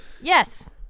Yes